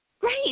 Great